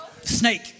snake